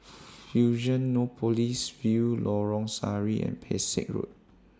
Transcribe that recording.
Fusionopolis View Lorong Sari and Pesek Road